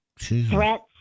threats